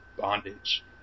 bondage